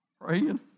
praying